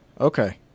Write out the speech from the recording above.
Okay